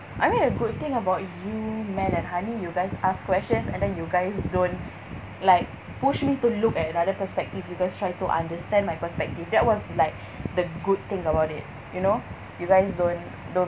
I mean a good thing about you mel and hani you guys ask questions and then you guys don't like push me to look at another perspective you guys try to understand my perspective that was like the good thing about it you know you guys don't don't